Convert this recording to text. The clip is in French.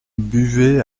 buvait